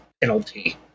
penalty